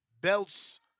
belts